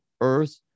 earth